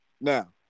now